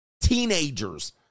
Teenagers